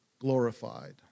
glorified